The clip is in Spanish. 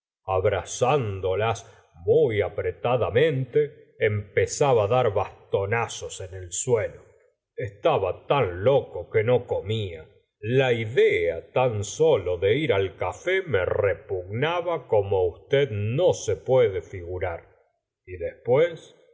abrazándolas muy apretadamente empezaba á dar bastonazos en el suelo estaba tan loco que no comía la idea tan sólo de ir al café me repugnaba como usted no se puede figurar y después